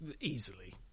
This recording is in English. easily